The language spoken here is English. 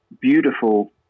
beautiful